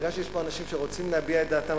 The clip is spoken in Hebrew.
הרגשתי שיש פה אנשים שרוצים להביע את דעתם,